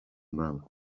man